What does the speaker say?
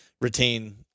retain